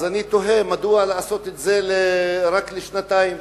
אז אני תוהה מדוע לעשות את זה רק לשנתיים.